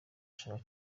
ashaka